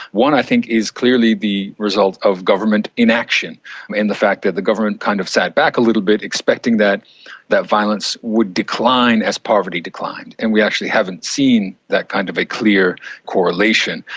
one i think is clearly the result of government inaction and the fact that the government kind of sat back a little bit, expecting that that violence would decline as poverty declined. and we actually haven't seen that kind of a clear correlation.